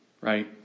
Right